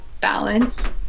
balance